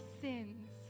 sins